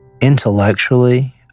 Intellectually